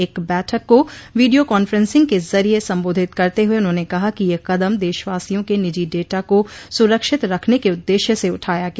एक बैठक को वीडियो कांफ्रेंसिंग के जरिए संबोधित करते हुए उन्होंने कहा कि यह कदम देशवासियों के निजी डटा को सुरक्षित रखने के उद्देश्य से उठाया गया